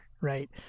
right